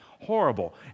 Horrible